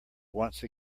once